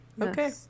Okay